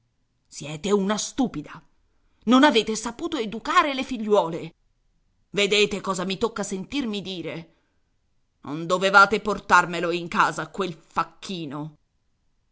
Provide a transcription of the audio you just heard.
siete una stupida non avete saputo educare le figliuole vedete cosa mi tocca sentirmi dire non dovevate portarmelo in casa quel facchino